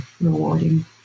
rewarding